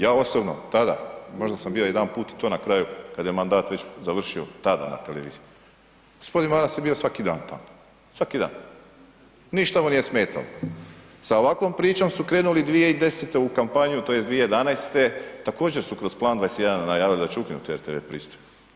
Ja osobno tada možda sam bio jedanput i to na kraju kad je mandat već završio tada na televiziji, g. Maras je bio svaki dan tamo, svaki dan, ništa mu nije smetalo, sa ovakvom pričom su krenuli 2010. u kampanju tj. 2011. također su kroz Plan 21 najavili da će ukinut RTV pristojbu.